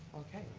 okay,